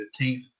15th